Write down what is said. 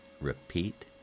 Repeat